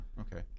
okay